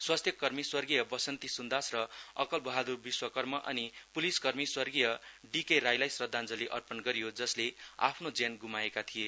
स्वास्थ्य कर्मी स्वर्गीय बसन्ती सुन्दास र अकल बहादुर विश्वकर्म अनि पुलिस कर्मी स्वर्गीय डीके राईलाई श्रद्वाञ्चली अर्पण गरियोजसले आफ्नो ज्यान गुमाएका थिए